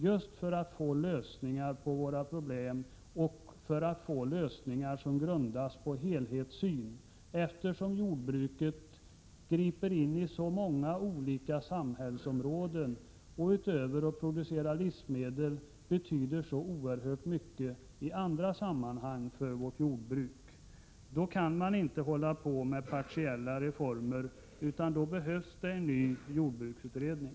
Och det gäller att få lösningar som grundas på en helhetssyn, eftersom jordbruket griper in på så många olika samhällsområden. Utöver att producera livsmedel betyder jordbruket så oerhört mycket i andra sammanhang för vårt land. Då kan man inte hålla på med partiella reformer, utan då behövs det en ny jordbruksutredning.